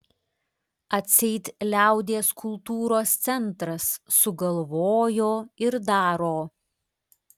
atseit liaudies kultūros centras sugalvojo ir daro